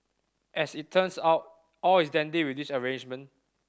as it turns out all is dandy with this arrangement